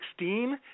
2016